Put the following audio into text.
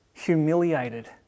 Humiliated